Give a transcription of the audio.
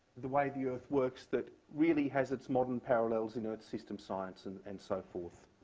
the way the earth works that really has its modern parallels in earth system science and and so forth.